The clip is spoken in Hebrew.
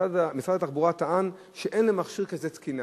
משרד התחבורה טען שאין למכשיר כזה תקינה,